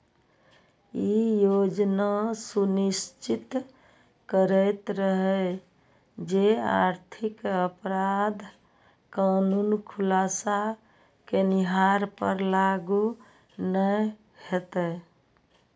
ई योजना सुनिश्चित करैत रहै जे आर्थिक अपराध कानून खुलासा केनिहार पर लागू नै हेतै